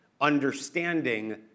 Understanding